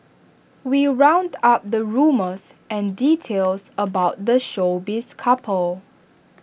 we round up the rumours and details about the showbiz couple